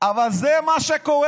אבל זה מה שקורה.